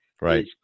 right